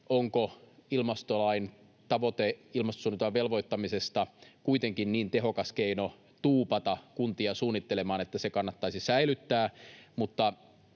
onko ilmastolain tavoite ilmastosuunnitelman velvoittamisesta kuitenkin niin tehokas keino tuupata kuntia suunnittelemaan, että se kannattaisi säilyttää.